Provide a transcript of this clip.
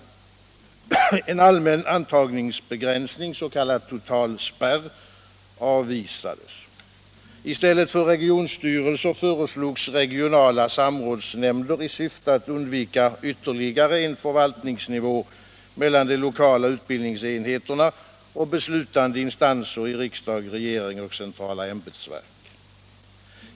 En allmän antagningsbegränsning, s.k. totalspärr, avvisades. I stället för regionstyrelser föreslogs regionala samrådsnämnder i syfte att undvika ytterligare en förvaltningsnivå mellan de lokala utbildningsenheterna och beslutande instanser i riksdag, regering och centrala ämbetsverk.